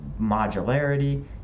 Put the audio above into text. modularity